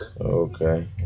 okay